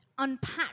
unpack